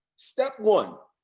step one,